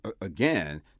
again